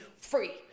free